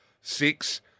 six